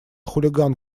хулиган